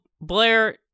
Blair